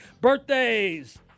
Birthdays